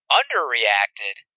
underreacted